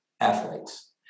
athletes